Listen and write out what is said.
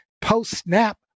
post-snap